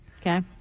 Okay